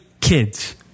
kids